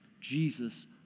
Jesus